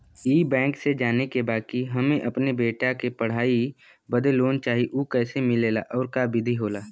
ई बैंक से जाने के बा की हमे अपने बेटा के पढ़ाई बदे लोन चाही ऊ कैसे मिलेला और का विधि होला?